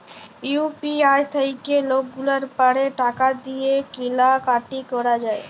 UPI থ্যাইকে লকগুলাল পারে টাকা দিঁয়ে কিলা কাটি ক্যরা যায়